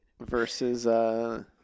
Versus